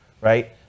right